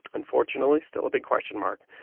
unfortunately, still a big question mark.